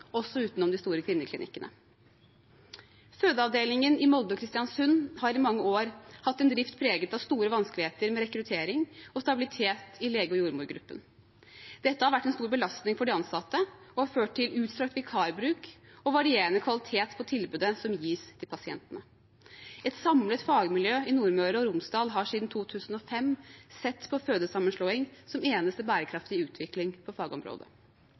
også utenom de store kvinneklinikkene. Fødeavdelingene i Molde og Kristiansund har i mange år hatt en drift preget av store vanskeligheter med rekruttering og stabilitet i lege- og jordmorgruppen. Dette har vært en stor belastning for de ansatte og har ført til utstrakt vikarbruk og varierende kvalitet på tilbudet som gis til pasientene. Et samlet fagmiljø i Nordmøre og Romsdal har siden 2005 sett på sammenslåing av fødeavdelingene som eneste bærekraftige utvikling på fagområdet.